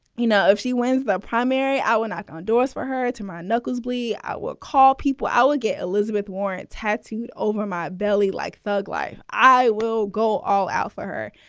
you know, if she wins the primary, i would knock on doors for her to my knuckles. bleh. i will call people. i'll get elizabeth warren tattooed over my belly like thug life. i will go all out for her.